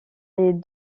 les